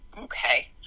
Okay